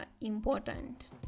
important